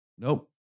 Nope